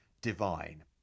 divine